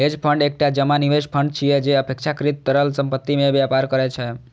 hedge fund एकटा जमा निवेश फंड छियै, जे अपेक्षाकृत तरल संपत्ति मे व्यापार करै छै